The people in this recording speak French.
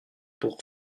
pour